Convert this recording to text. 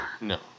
No